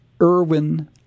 Irwin